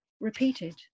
repeated